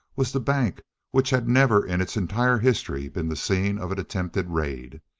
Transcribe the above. was the bank which had never in its entire history been the scene of an attempted raid.